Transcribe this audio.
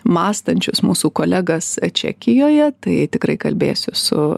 mąstančius mūsų kolegas čekijoje tai tikrai kalbėsiu su